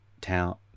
Town